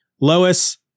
Lois